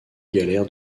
galères